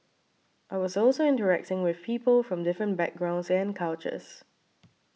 I was also interacting with people from different backgrounds and cultures